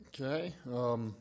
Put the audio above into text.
Okay